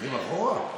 הולכים אחורה?